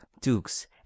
dukes